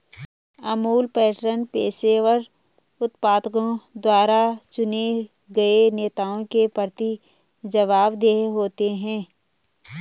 Amul pattern पेशेवर उत्पादकों द्वारा चुने गए नेताओं के प्रति जवाबदेह होते हैं